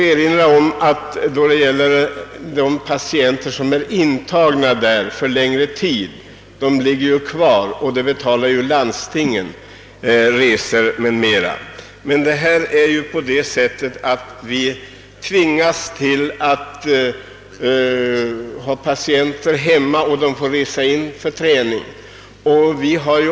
För de remisspatienter som är intagna under längre tid och som alltså ligger kvar betalar landstingen resor o. d. Men vi tvingas även att ha patienter hemma, och de får resa till gåskolan för träning och inprovning av pro teser.